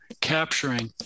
capturing